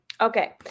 Okay